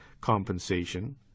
compensation